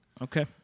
Okay